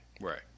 Right